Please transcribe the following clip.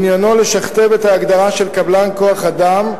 עניינו לשכתב את ההגדרה של קבלן כוח-אדם,